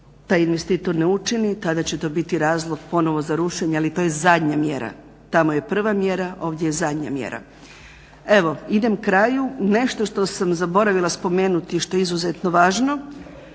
taj investitor ne učini tada će to biti razlog ponovno za rušenje. Ali to je zadnja mjera. Tamo je prva mjera, ovdje je zadnja mjera. Evo, idem kraju. Nešto što sam zaboravila spomenuti a što je izuzetno važno,